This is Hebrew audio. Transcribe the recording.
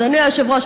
אדוני היושב-ראש,